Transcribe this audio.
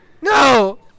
No